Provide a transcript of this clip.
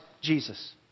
Jesus